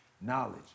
knowledge